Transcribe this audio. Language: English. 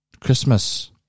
Christmas